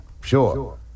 sure